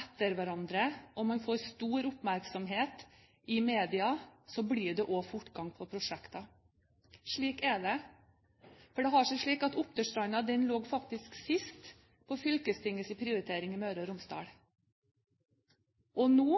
etter hverandre, og man får stor oppmerksomhet i media, blir det også fortgang på prosjekter. Slik er det. For det har seg slik at Oppdølstranda faktisk lå sist på fylkestingets prioriteringsliste i Møre og Romsdal, og nå,